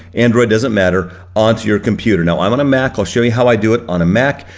android, doesn't matter onto your computer. now i'm on a mac, i'll show you how i do it on a mac.